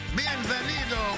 bienvenido